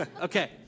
Okay